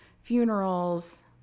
funerals